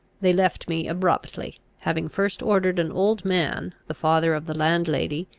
they left me abruptly having first ordered an old man, the father of the landlady,